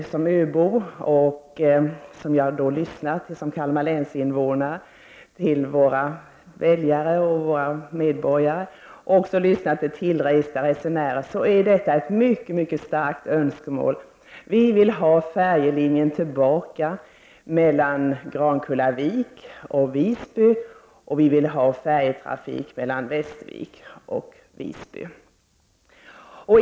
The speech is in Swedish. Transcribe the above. Som öbo och invånare i Kalmar län har jag lyssnat till våra väljare och medborgare och tillresta resenärer. Att få denna kompletterande trafik är ett mycket starkt önskemål. Vi vill ha färjelinjen tillbaka mellan Grankullavik och Visby. Vi vill ha färjetrafik mellan Västervik och Visby.